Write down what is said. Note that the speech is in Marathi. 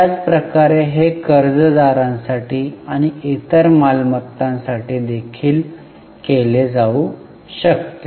त्याच प्रकारे हे कर्जदारांसाठी आणि इतर मालमत्तांसाठी देखील केले जाऊ शकते